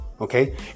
Okay